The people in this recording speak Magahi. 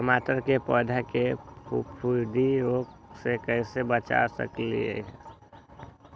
टमाटर के पौधा के फफूंदी रोग से कैसे बचा सकलियै ह?